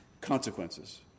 consequences